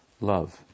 love